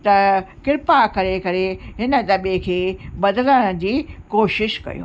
त कृपा करे करे हिन दॿे खे बदिलण जी कोशिश कयो